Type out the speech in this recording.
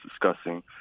discussing